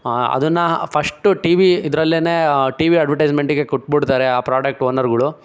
ಅದನ್ನು first T V ಇದರಲ್ಲೇ T V ಅಡ್ವರ್ಟೈಸ್ಮೆಂಟ್ಗೆ ಕೊಟ್ಬಿಡ್ತಾರೆ ಆ ಪ್ರಾಡಕ್ಟ್ ಓನರ್ಗಳು